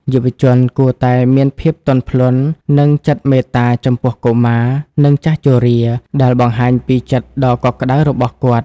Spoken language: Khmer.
យុវជនគួរតែ "មានភាពទន់ភ្លន់ និងចិត្តមេត្តាចំពោះកុមារ និងចាស់ជរា" ដែលបង្ហាញពីចិត្តដ៏កក់ក្ដៅរបស់គាត់។